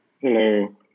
Hello